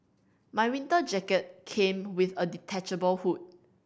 my winter jacket came with a detachable hood